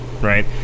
right